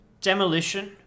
demolition